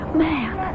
man